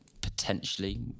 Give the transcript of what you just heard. potentially